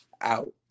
out